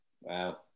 Wow